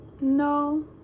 no